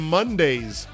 Monday's